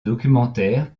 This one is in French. documentaires